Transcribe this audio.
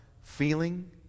feeling